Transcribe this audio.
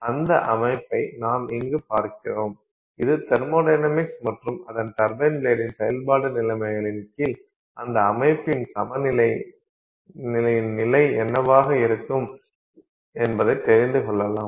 அந்த அமைப்பை நாம் இங்கு பார்க்கிறோம் இது தெர்மொடைனமிக்ஸ் மற்றும் அந்த டர்பைன் பிளேடின் செயல்பாட்டு நிலைமைகளின் கீழ் அந்த அமைப்பின் சமநிலை நிலை என்னவாக இருக்கும் என்பதை தெரிந்து கொள்ளலாம்